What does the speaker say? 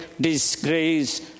disgrace